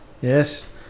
Yes